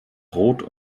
rot